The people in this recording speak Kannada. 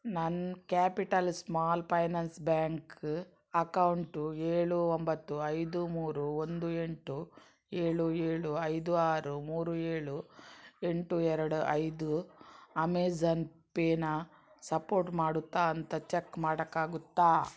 ನನ್ನ capital small finance bank account ಏಳು ಒಂಬತ್ತು ಐದು ಮೂರು ಒಂದು ಎಂಟು ಏಳು ಏಳು ಐದು ಆರು ಮೂರು ಏಳು ಎಂಟು ಎರಡು ಐದು ಅಮೆಜಾನ್ ಪೇನ ಸಪೋರ್ಟ್ ಮಾಡುತ್ತಾ ಅಂತ ಚೆಕ್ ಮಾಡೋಕ್ಕಾಗುತ್ತಾ